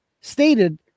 stated